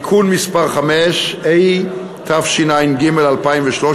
(תיקון מס' 5), התשע"ג 2013,